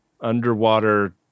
underwater